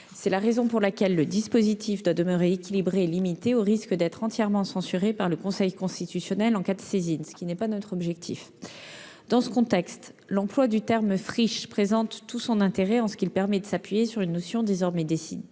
C'est la raison pour laquelle le dispositif doit demeurer équilibré et limité, au risque d'être entièrement censuré par le Conseil constitutionnel en cas de saisine, ce qui n'est pas notre objectif. Dans ce contexte, l'emploi du terme « friches » présente tout son intérêt, en ce qu'il permet de s'appuyer sur une notion désormais définie